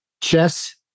chess